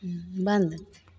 बन्द